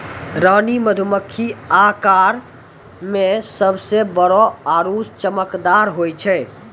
रानी मधुमक्खी आकार मॅ सबसॅ बड़ो आरो चमकदार होय छै